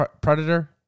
predator